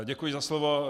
Děkuji za slovo.